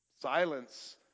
Silence